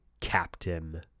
Captain